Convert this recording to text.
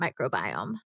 microbiome